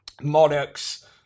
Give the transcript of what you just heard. monarchs